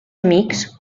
amics